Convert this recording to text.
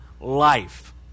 life